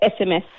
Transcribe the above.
SMS